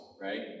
right